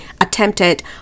attempted